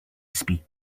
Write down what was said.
speak